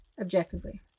objectively